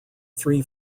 three